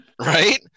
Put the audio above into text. right